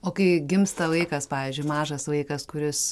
o kai gimsta vaikas pavyzdžiui mažas vaikas kuris